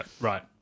Right